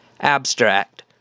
Abstract